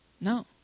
No